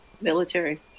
military